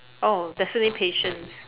oh definitely patience